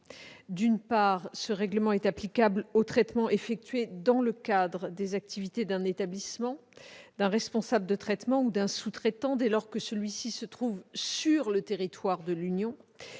D'une part, ce règlement est applicable aux traitements effectués dans le cadre des activités d'un établissement par un responsable de traitement ou un sous-traitant dès lors que celui-ci se trouve sur le territoire de l'Union,